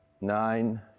nine